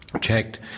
checked